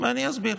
ואני אסביר.